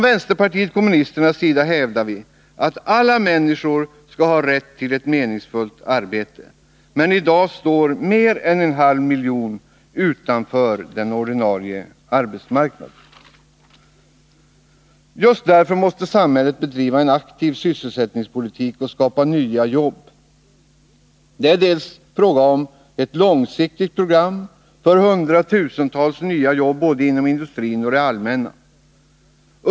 Vänsterpartiet kommunisterna hävdar att alla människor skall ha rätt till ett meningsfullt arbete, men i dag står mer än en halv miljon människor utanför den ordinarie arbetsmarknaden. Just därför måste samhället bedriva en aktiv sysselsättningspolitik och skapa nya jobb. Det är bl.a. fråga om ett långsiktigt program för hundratusentals nya jobb både inom industrin och inom det allmänna.